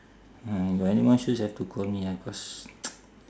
ah you got any more shoots have to call me ah cause